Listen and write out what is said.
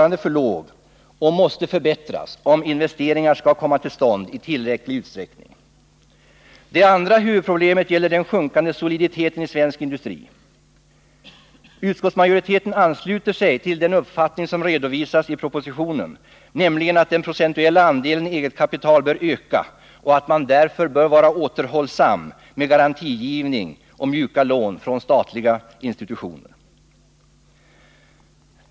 n. för låg och måste förbättras om investeringar skall komma till stånd i tillräcklig utsträckning. Det andra huvudproblemet gäller den sjunkande soliditeten i svensk industri. Utskottsmajoriteten ansluter sig till den uppfattning som redovisas i propositionen, nämligen att den procentuella andelen eget kapital bör öka och att man därför bör vara återhållsam med garantigivning och mjuka lån från statliga institutioner.